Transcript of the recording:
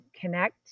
connect